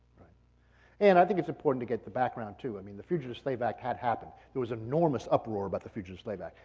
and i think it's important to get the background, too. i mean, the fugitive slave act had happened. there was enormous uproar about the fugitive slave act.